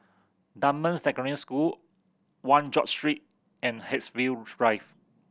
Dunman Secondary School One George Street and Haigsville Drive